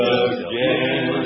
again